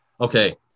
okay –